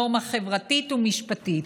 נורמה חברתית ומשפטית.